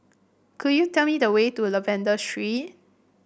could you tell me the way to Lavender Street